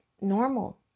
normal